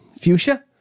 fuchsia